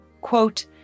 quote